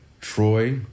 Troy